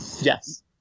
Yes